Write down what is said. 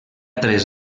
tres